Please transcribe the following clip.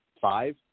five